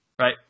right